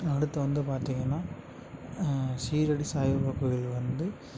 அடுத்து வந்து பார்த்திங்கன்னா ஷீரடி சாய்பாபா கோவில் வந்து